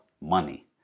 Money